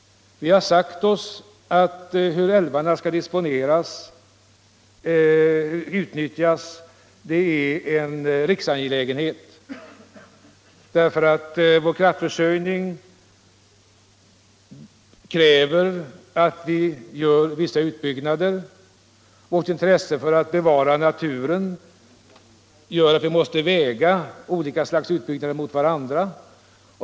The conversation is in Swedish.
Vi har sagt oss att avgörandet hur älvarna skall utnyttjas är en riksangelägenhet, därför att tryggandet av landets kraftförsörjning kräver vissa utbyggnader. Vårt intresse för att bevara naturen gör att vi måste väga olika intressen mot varandra.